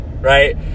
right